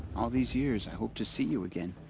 all these years, i hoped to see you again.